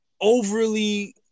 overly